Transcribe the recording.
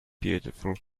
beautiful